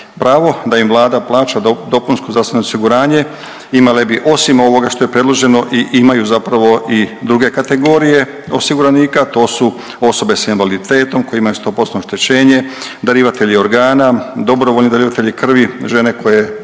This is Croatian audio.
Pravo da im Vlada plaća dopunsko zdravstveno osiguranje imale bi osim ovoga što je predloženo i imaju zapravo i druge kategorije osiguranika, to su osobe s invaliditetom koje imaju 100%-tno oštećenje, darivatelji organa, dobrovoljni darivatelji krvi, žene koje